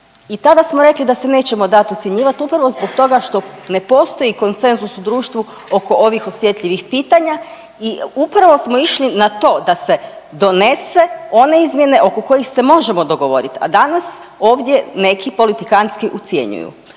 I tada smo rekli da se nećemo dati ucjenjivati upravo zbog toga što ne postoji konsenzus u društvu oko ovih osjetljivih pitanja i upravo smo išli na da se donese one izmjene oko kojih se možemo dogovorit. A danas ovdje neki politikantski ucjenjuju,